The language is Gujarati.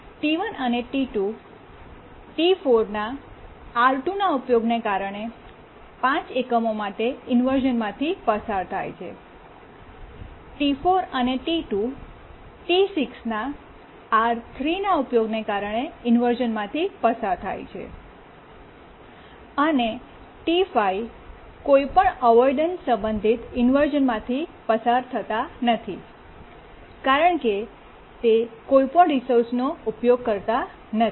ટી1 અને ટી2 ટી4 ના R2ના ઉપયોગને કારણે 5 એકમો માટે ઇન્વર્શ઼ન માંથી પસાર થાય છેટી4 અને ટી2 ટી6 ના R3ના ઉપયોગને કારણે ઇન્વર્શ઼ન માંથી પસાર થાય છે અને ટી 5 કોઈ પણ અવોઇડન્સ સંબંધિત ઇન્વર્શ઼નમાંથી પસાર થતા નથી કારણ કે તે કોઈપણ રિસોર્સ નો ઉપયોગ કરતા નથી